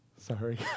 sorry